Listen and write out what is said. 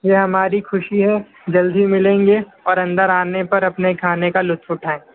یہ ہماری خوشی ہے جلدی ملیں گے اور اندر آنے پر اپنے کھانے کا لطف اٹھائیں